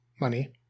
money